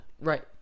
Right